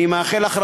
אני מאחל לך,